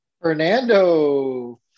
Fernando